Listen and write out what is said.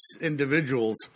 individuals